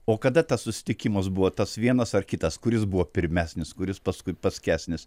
o kada tas susitikimas buvo tas vienas ar kitas kuris buvo pirmesnis kuris paskui paskesnis